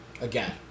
Again